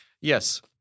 Yes